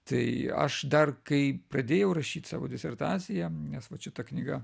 tai aš dar kai pradėjau rašyt savo disertaciją nes vat šita knyga